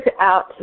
out